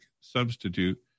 substitute